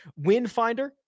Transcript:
Windfinder